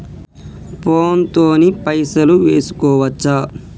Phone తోని పైసలు వేసుకోవచ్చా?